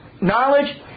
knowledge